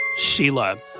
Sheila